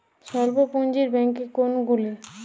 স্বল্প পুজিঁর ব্যাঙ্ক কোনগুলি?